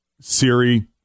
Siri